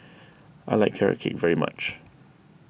I like Carrot Cake very much